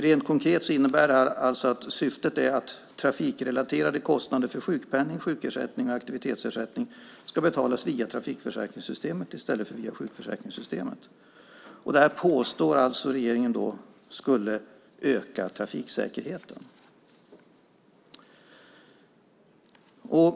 Rent konkret innebär det alltså att syftet är att trafikrelaterade kostnader för sjukpenning, sjukersättning och aktivitetsersättning ska betalas via trafikförsäkringssystemet i stället för via sjukförsäkringssystemet. Det, påstår regeringen, skulle öka trafiksäkerheten.